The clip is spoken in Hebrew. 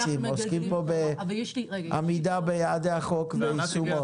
עוסקים פה בעמידה ביעדי החוק ויישומו.